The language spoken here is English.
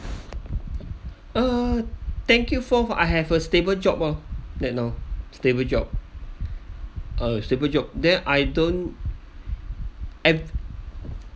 uh thankful for I have a stable job orh right know stable job a stable job then I don't have